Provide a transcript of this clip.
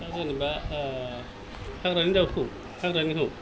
दा जेन'बा हाग्रानि दावखौ हाग्रानिखौ